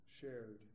shared